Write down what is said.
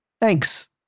Thanks